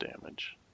damage